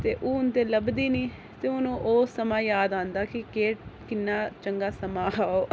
ते हून ते लभदी नीं ते हून ओह् बड़ा याद आंदा केह् किन्ना चांगा समां हा ओह्